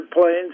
planes